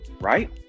right